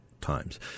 Times